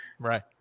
Right